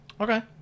Okay